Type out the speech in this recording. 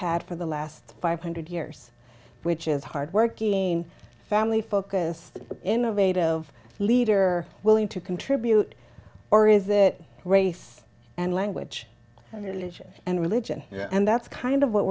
had for the last five hundred years which is hard work iain family focused innovative leader willing to contribute or is that race and language and religion and religion yeah and that's kind of what